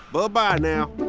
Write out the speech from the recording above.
but bye-bye now